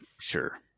sure